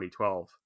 2012